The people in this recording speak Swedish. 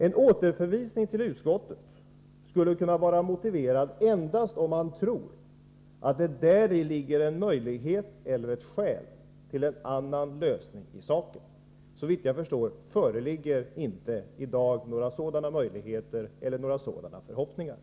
En återförvisning till utskottet skulle vara motiverad endast om man tror att det däri ligger en möjlighet eller ett skäl till en annan lösning i sakfrågan. Såvitt jag förstår föreligger det i dag inte några sådana möjligheter eller förhoppningar.